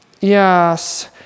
Yes